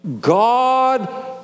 God